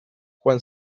juan